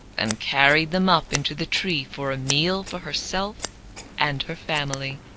and carried them up into the tree for a meal for herself and her family.